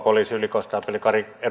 poliisin ylikonstaapelin